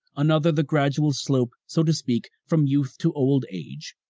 another the gradual slope, so to speak, from youth to old age,